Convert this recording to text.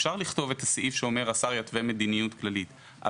אפשר לכתוב את הסעיף שהשר יתווה מדיניות כללית,